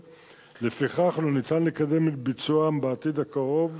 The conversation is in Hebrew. לפיכך לא ניתן לקדם את ביצועם בעתיד הקרוב,